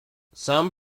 some